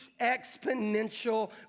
exponential